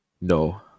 No